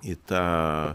į tą